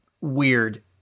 weird